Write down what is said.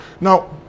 Now